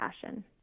passion